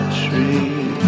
tree